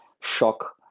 shock